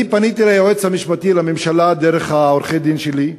אני פניתי ליועץ המשפטי לממשלה דרך עורכי-הדין שלי,